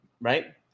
right